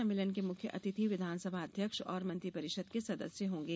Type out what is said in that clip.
सम्मेलन के मुख्य अतिथि विधानसभा अध्यक्ष और मंत्रि परिषद के सदस्य होंगे